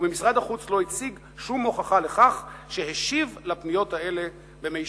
ומשרד החוץ לא הציג שום הוכחה לכך שהשיב לפניות האלה במישרין.